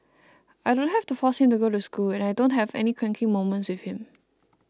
I don't have to force him to go to school and I don't have any cranky moments with him